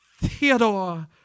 Theodore